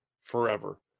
forever